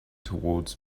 towards